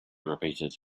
repeated